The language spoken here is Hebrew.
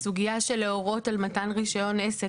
בסוגיה של להורות על מתן רישיון עסק